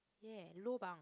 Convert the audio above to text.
ya lobang